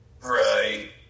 Right